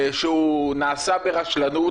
שהוא נעשה ברשלנות.